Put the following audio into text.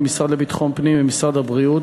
עם המשרד לביטחון הפנים ומשרד הבריאות.